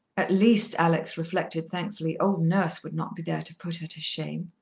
at least, alex reflected thankfully, old nurse would not be there to put her to shame.